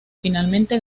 finalmente